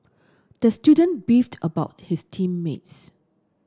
the student beefed about his team mates